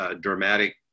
dramatic